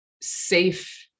safe